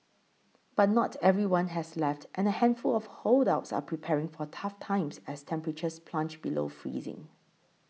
but not everyone has left and a handful of holdouts are preparing for tough times as temperatures plunge below freezing